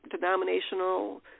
denominational